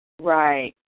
Right